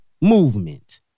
movement